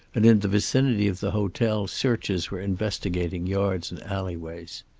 and in the vicinity of the hotel searchers were investigating yards and alleyways.